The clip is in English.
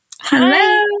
Hello